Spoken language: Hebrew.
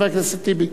חבר הכנסת טיבי?